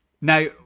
Now